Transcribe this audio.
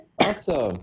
awesome